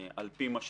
על פי מה שסיכמנו.